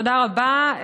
תודה רבה.